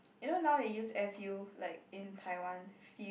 you know now they use air fuel like in Taiwan feel